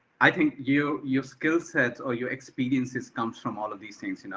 i think you, your skillset or your experiences comes from all of these things, you know